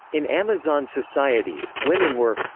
in amazon societies, women were.